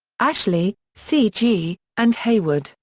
ashley, c. g, and hayward,